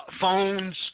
phones